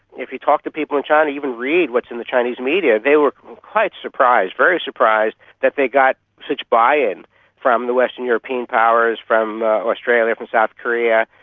if you talk to people in china, even read what's in the chinese media, they were quite surprised, very surprised that they got such buy-in from the western european powers, from australia, from south korea,